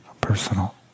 personal